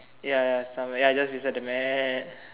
ya ya somewhere ya just beside the mat